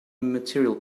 material